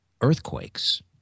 earthquakes